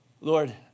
Lord